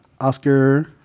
Oscar